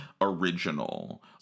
original